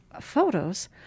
photos